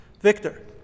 Victor